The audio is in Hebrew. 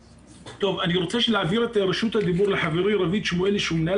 אני רוצה להעביר את רשות הדיבור לחברי רביד שמואלי שהוא מנהל